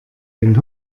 den